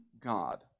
God